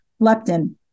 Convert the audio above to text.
leptin